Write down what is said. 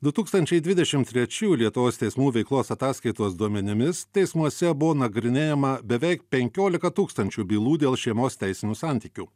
du tūkstančiai dvidešim trečių lietuvos teismų veiklos ataskaitos duomenimis teismuose buvo nagrinėjama beveik penkiolika tūkstančių bylų dėl šeimos teisinių santykių